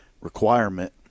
requirement